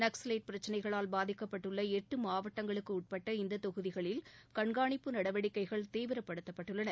நக்ஸலைட் பிரச்சினைகளால் பாதிக்கப்பட்டுள்ள எட்டு மாவட்டங்களுக்கு உட்பட்ட இந்த தொகுதிகளில் கண்காணிப்பு நடவடிக்கைகள் தீவிரப்படுத்தப்பட்டுள்ளன